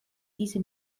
diese